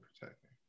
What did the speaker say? protecting